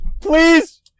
Please